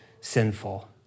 sinful